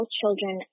children